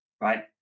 right